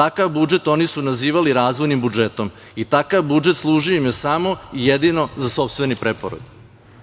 Takav budžet oni su nazivali razvojnim budžetom i takav budžet služio im je samo i jedino za sopstveni preporod. Upravo